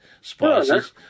spices